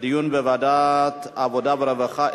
דיון בוועדת העבודה והרווחה,